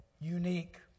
unique